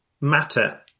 matter